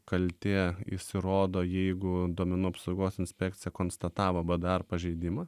kaltė įsirodo jeigu duomenų apsaugos inspekcija konstatavo bdr pažeidimą